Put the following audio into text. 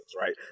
right